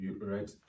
right